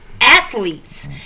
athletes